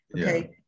Okay